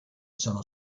sono